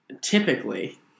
typically